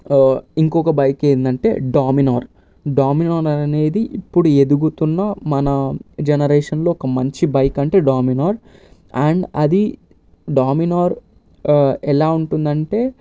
ఇంకొక బైక్ ఏందంటే Dominar Dominar అనేది ఇప్పుడు ఎదుగుతున్న మన జనరేషన్లో ఒక మంచి బైక్ అంటే డామినోర్ అండ్ అది డామినార్ ఎలా ఉంటుందంటే